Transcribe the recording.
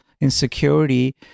insecurity